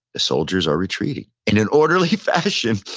the soldiers are retreating in an orderly fashion,